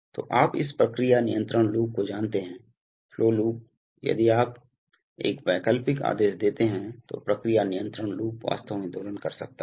तो आप इस प्रक्रिया नियंत्रण लूप को जानते हैं फ्लो लूप यदि आप एक वैकल्पिक आदेश देते हैं तो प्रक्रिया नियंत्रण लूप वास्तव में दोलन कर सकता है